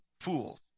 fools